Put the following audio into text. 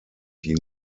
die